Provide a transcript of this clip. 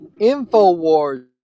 Infowars